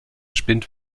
spind